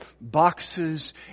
boxes